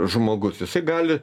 žmogus jisai gali